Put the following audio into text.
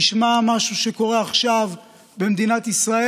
נשמע משהו שקורה עכשיו במדינת ישראל?